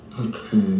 Okay